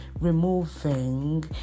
removing